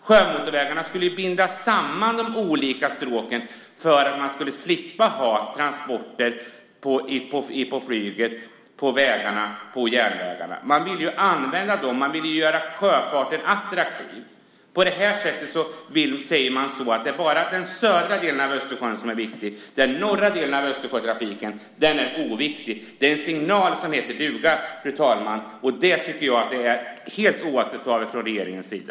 Sjömotorvägarna skulle ju binda samman de olika stråken för att man skulle slippa ha transporter på flyg, vägar och järnvägar. Man vill använda dem och göra sjöfarten attraktiv. På det här sättet säger man att det bara är den södra delen av Östersjön som är viktig. Den norra delen av Östersjötrafiken är oviktig. Detta är en signal som heter duga, fru talman, och det tycker jag är helt oacceptabelt från regeringens sida.